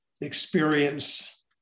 experience